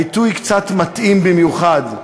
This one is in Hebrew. העיתוי מתאים במיוחד.